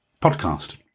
podcast